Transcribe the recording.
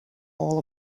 all